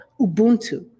Ubuntu